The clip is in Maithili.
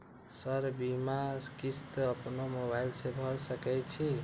सर बीमा किस्त अपनो मोबाईल से भर सके छी?